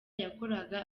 yakoraga